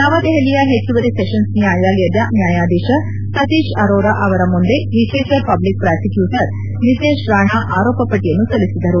ನವದೆಹಲಿಯ ಹೆಚ್ಚುವರಿ ಸೆಷನ್ಸ್ ನ್ನಾಯಾಲಯದ ನ್ನಾಯಾಧೀಶ ಸತೀಶ್ ಅರೋರಾ ಅವರ ಮುಂದೆ ವಿಶೇಷ ಪಬ್ಲಿಕ್ ಪ್ರಾಸಿಕ್ಟೂಟರ್ ನಿತೇಶ್ ರಾಣ ಆರೋಪಪಟ್ಟಯನ್ನು ಸಲ್ಲಿಸಿದರು